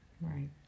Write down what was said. right